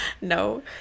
No